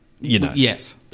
Yes